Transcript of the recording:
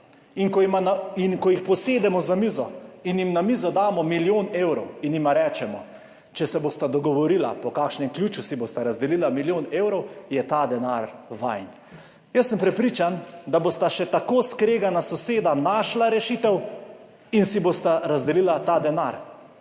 In ko jih posedemo za mizo in jim na mizo damo milijon evrov in jima rečemo, če se bosta dogovorila, po kakšnem ključu si bosta razdelila milijon evrov, je ta denar vajin. Jaz sem prepričan, da bosta še tako skregana soseda našla rešitev in si bosta razdelila ta denar.